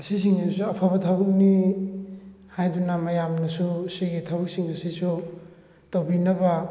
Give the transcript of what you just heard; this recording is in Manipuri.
ꯑꯁꯤꯁꯤꯡꯁꯤꯁꯨ ꯑꯐꯕ ꯊꯕꯛꯅꯤ ꯍꯥꯏꯗꯨꯅ ꯃꯌꯥꯝꯅꯁꯨ ꯁꯤꯒꯤ ꯊꯕꯛꯁꯤꯡ ꯑꯁꯤꯁꯨ ꯇꯧꯕꯤꯅꯕ